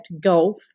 gulf